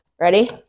ready